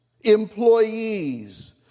employees